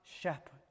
shepherd